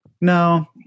No